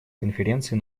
конференции